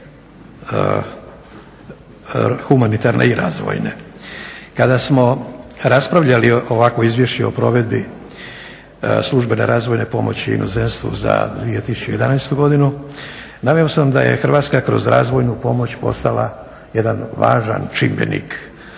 Kada smo raspravljali ovakvo izvješće o provedbi službene razvojne pomoći inozemstvu za 2011.godinu naveo sam da je Hrvatska kroz razvojnu pomoć postala jedan važan čimbenik